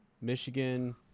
michigan